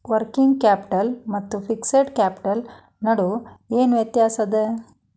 Working capital ಮತ್ತ fixed capital ನಡು ಏನ್ ವ್ಯತ್ತ್ಯಾಸದ?